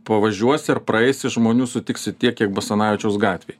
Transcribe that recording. pavažiuosi ar praeisi žmonių sutiksi tiek kiek basanavičiaus gatvėj